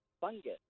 fungus